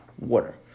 water